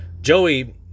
Joey